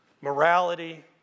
morality